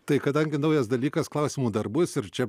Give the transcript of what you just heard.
tai kadangi naujas dalykas klausimų dar bus ir čia